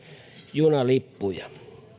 junalippuja